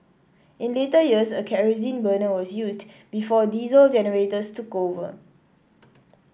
in later years a kerosene burner was used before diesel generators took over